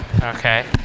Okay